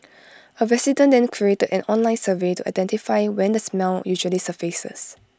A resident then created an online survey to identify when the smell usually surfaces